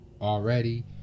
already